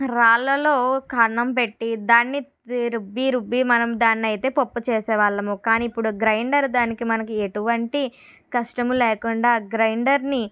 రాళ్లలో కన్నం పెట్టి దాన్ని రుబ్బీ రుబ్బీ మనం దానైతే పప్పు చేసే వాళ్ళము కానీ ఇప్పుడు గ్రైండర్ దానికి మనకి ఎటువంటి కష్టము లేకుండా గ్రైండర్ని